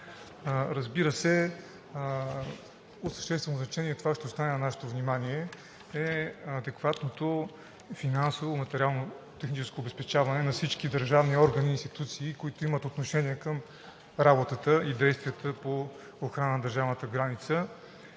Разбира се, от съществено значение, и това ще остане на нашето внимание, е адекватното финансово, материално-техническо обезпечаване на всички държавни органи и институции, които имат отношение към работата и действията по охрана на държавната граница.